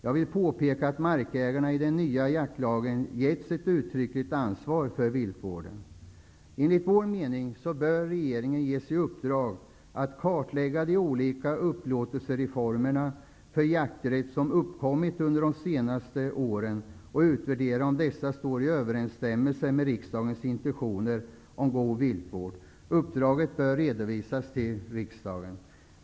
Jag vill påpeka att markägarna i den nya jaktlagen getts ett uttryckligt ansvar för viltvården. Enligt vår mening bör regeringen ges i uppdrag att kartlägga de olika upplåtelseformer för jakträtt som uppkommit under senare år och utvärdera om dessa står i överensstämmelse med riksdagens intentioner om en god viltvård. Uppdraget bör redovisas till riksdagen.